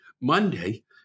Monday